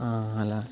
అలా